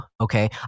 okay